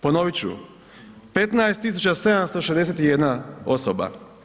Ponovit ću 15.671 osoba.